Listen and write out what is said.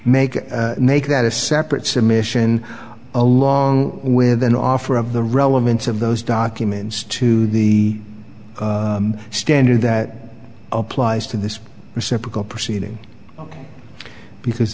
make make that a separate submission along with an offer of the relevance of those documents to the standard that applies to this reciprocal proceeding because